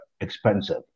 expensive